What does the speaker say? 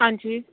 ਹਾਂਜੀ